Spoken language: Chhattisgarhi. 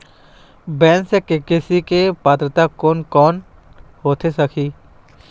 बैंक से के.सी.सी के पात्रता कोन कौन होथे सकही?